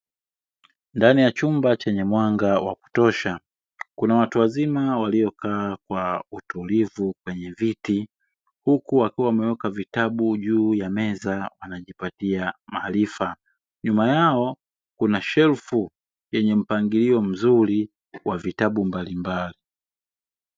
Ndani ya chumba chenye mwanga wa kutosha, kuna watu wazima waliokaa kwa utulivu kwenye viti huku wakiwa wameweka vitabu juu ya meza wanajipatia maarifa. Nyuma yao kuna shelfu yenye mpangilio mzuri wa vitabu mbalimbali.